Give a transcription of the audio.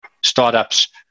startups